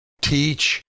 teach